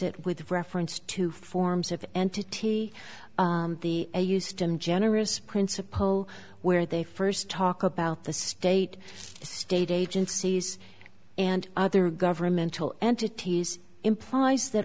it with reference to forms of entity the a used i'm generous principle where they first talk about the state of the state agencies and other governmental entities implies that